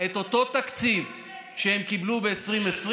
את אותו תקציב שהם קיבלו ב-2020,